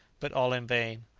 but all in vain.